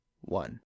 one